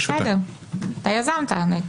אתה מגיש אותה.